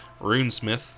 RuneSmith